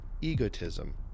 egotism